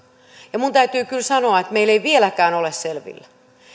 ja minun täytyy kyllä sanoa että meillä ei vieläkään ole selvillä